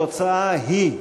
התוצאה היא: